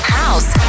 house